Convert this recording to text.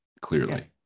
clearly